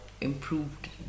improved